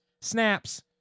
snaps